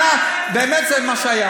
וזה באמת מה שהיה.